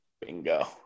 Bingo